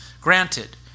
Granted